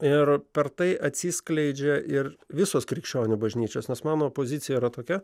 ir per tai atsiskleidžia ir visos krikščionių bažnyčios nes mano pozicija yra tokia